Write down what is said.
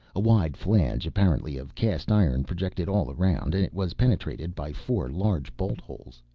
a wide flange, apparently of cast iron, projected all around, and was penetrated by four large bolt holes.